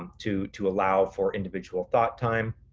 um to to allow for individual thought time.